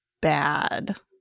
bad